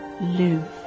live